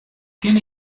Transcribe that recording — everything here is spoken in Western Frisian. kin